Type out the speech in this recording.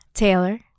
taylor